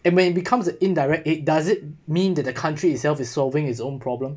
and when it becomes an indirect eight does it mean that the country itself is solving his own problem